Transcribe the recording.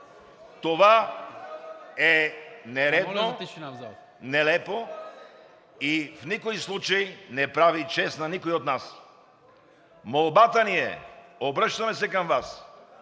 ГЕОРГИ МИХАЙЛОВ: …нелепо и в никой случай не прави чест на никого от нас. Молбата ни е, обръщам се към Вас,